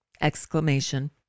Exclamation